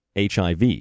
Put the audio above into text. HIV